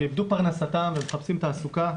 שאיבדו פרנסתם ומחפשים תעסוקה